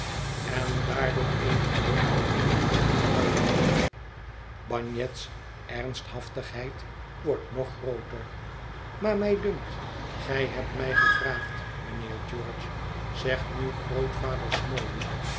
en daardoor eene hoonende minachting uitdrukt bagnet's ernsthaftigheid wordt nog grooter maar mij dunkt gij hebt mij gevraagd mijnheer george zegt nu grootvader